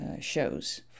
shows